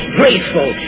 graceful